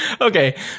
Okay